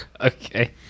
Okay